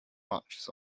marches